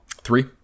Three